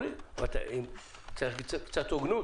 אבל צריך שזה יהיה הוגן.